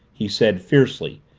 he said fiercely,